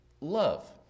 love